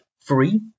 free